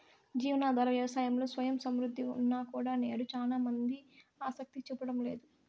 జీవనాధార వ్యవసాయంలో స్వయం సమృద్ధి ఉన్నా కూడా నేడు చానా మంది ఆసక్తి చూపడం లేదు